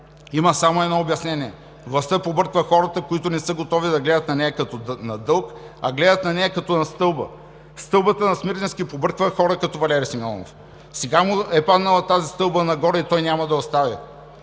Има само едно обяснение – властта побърква хората, които не са готови да гледат на нея като на дълг, а гледат на нея като на стълба. „Стълбата“ на Смирненски побърква хора като Валери Симеонов, а сега му е паднала тази стълба нагоре и той няма да я остави.